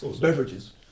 beverages